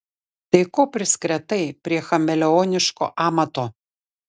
tai ko priskretai prie chameleoniško amato